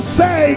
say